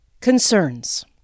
Concerns